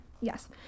Yes